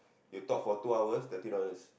you talk for two hours thirty dollars